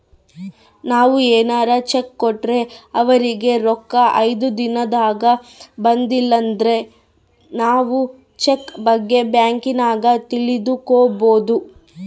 ನಾವು ಏನಾರ ಚೆಕ್ ಕೊಟ್ರೆ ಅವರಿಗೆ ರೊಕ್ಕ ಐದು ದಿನದಾಗ ಬಂದಿಲಂದ್ರ ನಾವು ಚೆಕ್ ಬಗ್ಗೆ ಬ್ಯಾಂಕಿನಾಗ ತಿಳಿದುಕೊಬೊದು